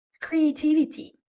creativity